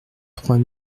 trois